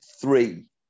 three